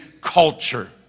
culture